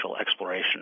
exploration